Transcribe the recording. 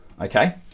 okay